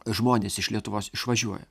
žmonės iš lietuvos išvažiuoja